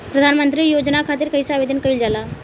प्रधानमंत्री योजना खातिर कइसे आवेदन कइल जाला?